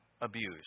abused